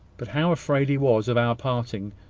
but how afraid he was of our parting,